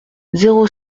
zéro